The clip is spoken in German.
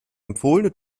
empfohlene